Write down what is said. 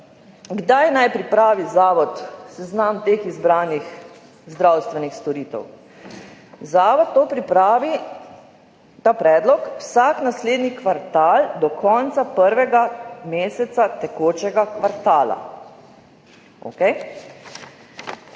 Kdaj naj pripravi Zavod seznam teh izbranih zdravstvenih storitev? Zavod pripravi ta predlog vsak naslednji kvartal do konca prvega meseca tekočega kvartala.